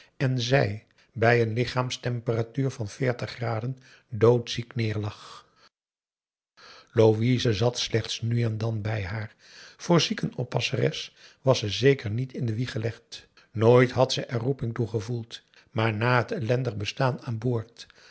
en zij bij een lichaamstemperatuur van veertig graden doodziek neêrlag p a daum hoe hij raad van indië werd onder ps maurits louise zat slechts nu en dan bij haar voor ziekenoppasseres was ze zeker niet in de wieg gelegd nooit had ze er roeping toe gevoeld maar na het ellendig bestaan aan boord